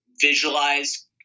visualize